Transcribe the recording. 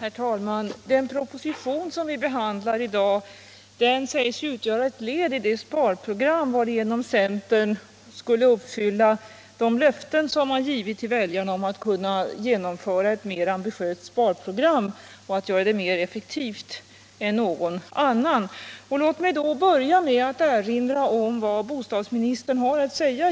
Herr talman! Den proposition som vi i dag behandlar sägs utgöra ett led i det sparprogram varigenom centern skulle uppfylla de löften man givit till väljarna om att kunna genomföra ett mer ambitiöst sparprogram och att göra detta mer effektivt än någon annan. Låt mig då börja med att erinra om vad bostadsministern här säger